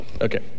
Okay